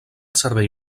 servei